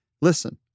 Listen